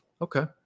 okay